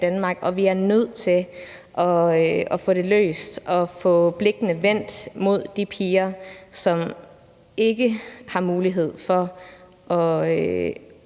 vi er nødt til at få det løst og få blikkene vendt mod de piger, som ikke har mulighed for at